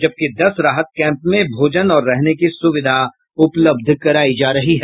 जबकि दस राहत कैंप में भोजन और रहने की सुविधा उपलब्ध करायी जा रही है